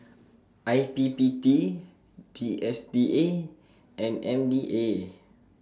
I P P D T S D A and M D A